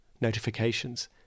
notifications